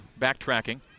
backtracking